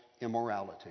immorality